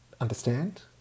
understand